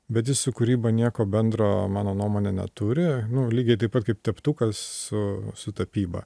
bet jis su kūryba nieko bendro mano nuomone neturi nu lygiai taip pat kaip teptukas su su tapyba